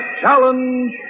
challenge